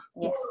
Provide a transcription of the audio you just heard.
Yes